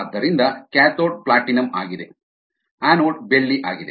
ಆದ್ದರಿಂದ cathode platinum ಆಗಿದೆ anode ಬೆಳ್ಳಿ ಆಗಿದೆ